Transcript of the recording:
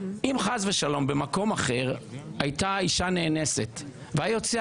אם חס ושלום במקום אחר הייתה ילדה נאנסת והיה יוצא